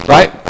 Right